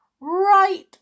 right